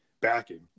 backing